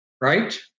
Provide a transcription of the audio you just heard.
right